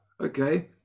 okay